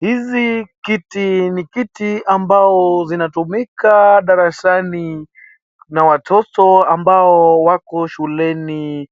Hizi kiti, ni kiti ambazo zinatumika darasani na watoto ambao wako shuleni